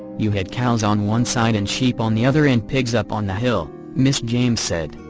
you had cows on one side and sheep on the other and pigs up on the hill, ms. james said.